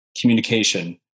communication